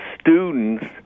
students